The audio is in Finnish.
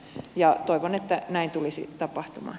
ja toivon että näin tulisi tapahtumaan